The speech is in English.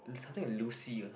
something like Lucy ah